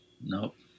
Nope